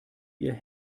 ihr